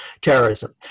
terrorism